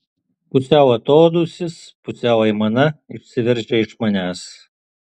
pusiau atodūsis pusiau aimana išsiveržia iš manęs